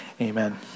Amen